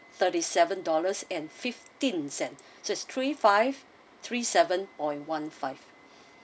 thirty-seven dollars and fifteen cents so it's three five three seven point one five